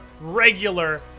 regular